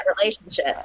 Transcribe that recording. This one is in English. relationship